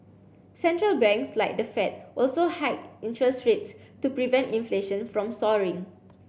central banks like the Fed also hiked interest rates to prevent inflation from soaring